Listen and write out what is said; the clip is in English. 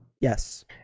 yes